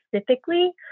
specifically